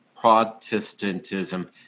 Protestantism